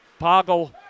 Poggle